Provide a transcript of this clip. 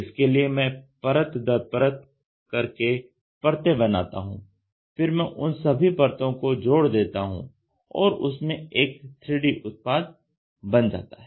इसके लिए मैं परत दर परत करके परतें बनाता हूं फिर मैं उन सभी परतों को जोड़ देता हूं और उससे एक 3D उत्पाद बन जाता है